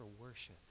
worship